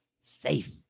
safe